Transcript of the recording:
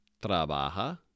trabaja